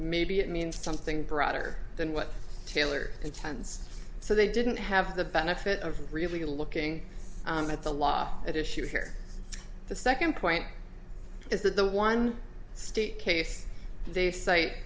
maybe it means something broader than what taylor intends so they didn't have the benefit of really looking at the law at issue here the second point is that the one state case they cite